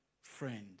friend